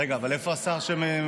רגע, אבל איפה השר שמשיב?